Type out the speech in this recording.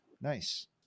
Nice